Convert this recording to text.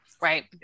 Right